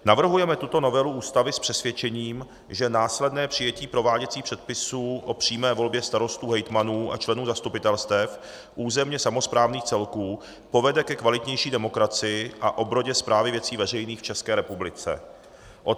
Navrhujeme tuto novelu Ústavy s přesvědčením, že následné přijetí prováděcích předpisů o přímé volbě starostů, hejtmanů a členů zastupitelstev územně samosprávných celků povede ke kvalitnější demokracii a obrodě správy věcí veřejných v ČR.